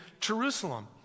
Jerusalem